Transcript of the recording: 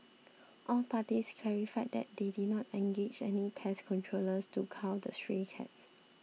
all parties clarified that they did not engage any pest controllers to cull the stray cats